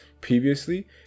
previously